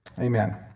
Amen